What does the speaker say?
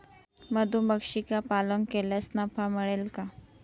मधुमक्षिका पालन केल्यास नफा मिळेल का?